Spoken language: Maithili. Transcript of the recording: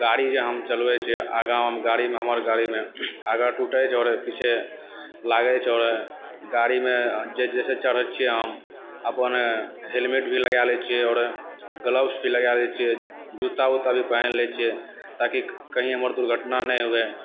गाड़ी जे हम चलबै छियै आगाँ हम गाड़ीमे हमर गाड़ीमे अगर टूटैत झरैत छै लागै छै गाड़ीमे जैसे चढ़ै छियै हम अपन हेलमेट भी लगाय लै छियै ग्लव्स भी लगा लै छियै जूता उता भी पहिन लए छियै ताकि कहीं हमर दुर्घटना नहि हुवै